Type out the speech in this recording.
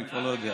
אני כבר לא יודע.